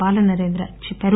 బాలనరేంద్ర చెప్పారు